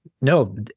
No